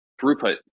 throughput